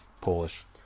Polish